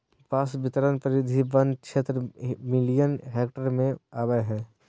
बांस बितरण परिधि वन क्षेत्र मिलियन हेक्टेयर में अबैय हइ